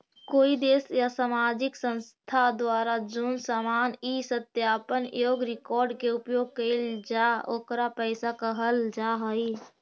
कोई देश या सामाजिक संस्था द्वारा जोन सामान इ सत्यापन योग्य रिकॉर्ड के उपयोग कईल जा ओकरा पईसा कहल जा हई